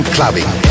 Clubbing